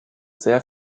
sehr